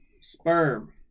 Sperm